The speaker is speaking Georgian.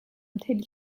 მთელი